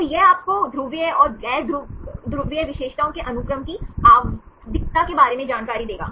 तो यह आपको ध्रुवीय और गैर ध्रुवीय विशेषताओं के अनुक्रम की आवधिकता बारे में जानकारी देगा